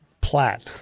Platt